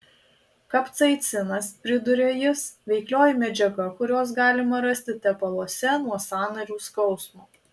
kapsaicinas priduria jis veiklioji medžiaga kurios galima rasti tepaluose nuo sąnarių skausmo